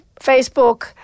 Facebook